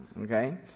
okay